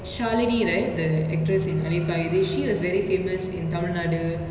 shalini right the actress in alaipayuthey she was very famous in tamil Nadu